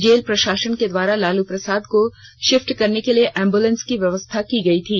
jail प्रशासन के द्वारा लालू प्रसाद को शिफ्ट करने के लिए एम्ब्रेलेंस की व्यवस्था की गई थी